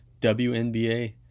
WNBA